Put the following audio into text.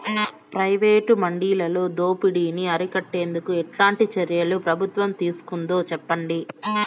Private మండీలలో దోపిడీ ని అరికట్టేందుకు ఎట్లాంటి చర్యలు ప్రభుత్వం తీసుకుంటుందో చెప్పండి?